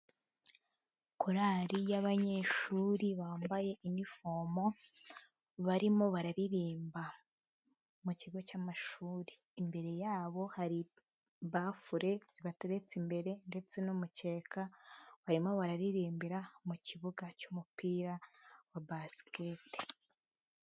Korali y'abanyeshuri bambaye inifomo, barimo bararirimba mu kigo cy'amashuri. Imbere yabo hari bafure zibateretse imbere ndetse n'umukeka, barimo bararirimbira mu kibuga cy'umupira wa basikete.